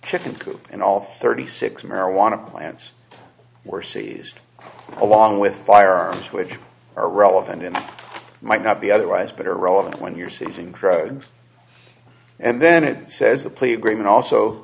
chicken coop and all thirty six marijuana plants were seized along with firearms which are relevant and might not be otherwise but are relevant when you're sitting krug and then it says the plea agreement also